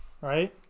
right